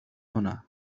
هنا